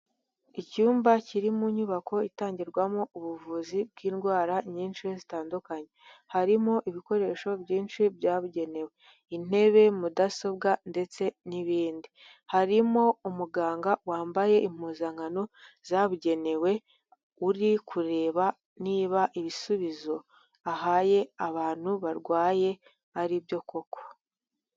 Icyumba kiri mu nyubako itangirwamo ubuvuzi bw'indwara nyinshi zitandukanye, harimo ibikoresho byinshi byabugenewe, intebe, mudasobwa, ndetse n'ibindi. Harimo umuganga wambaye impuzankano zabugenewe uri kureba niba ibisubizo ahaye abantu barwaye ari byo koko.